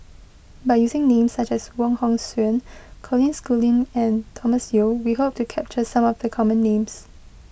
by using names such as Wong Hong Suen Colin Schooling and Thomas Yeo we hope to capture some of the common names